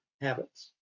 habits